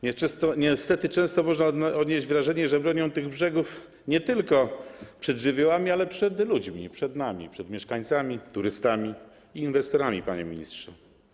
Niestety często można odnieść wrażenie, że bronią oni tych brzegów nie tylko przed żywiołami, ale także przed ludźmi, przed nami, przed mieszkańcami, turystami i inwestorami, panie ministrze.